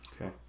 Okay